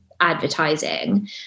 advertising